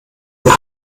mir